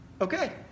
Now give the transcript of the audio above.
Okay